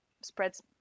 spreads